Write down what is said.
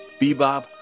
Bebop